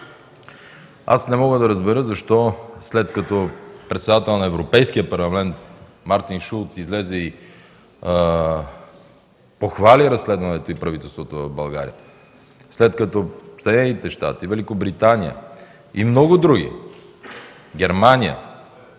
Не мога да разбера защо, след като председателят на Европейския парламент Мартин Шулц излезе и похвали разследването и правителството на България; след като Съединените щати, Великобритания и много други – Германия,